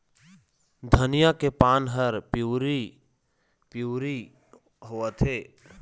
धनिया के पान हर पिवरी पीवरी होवथे?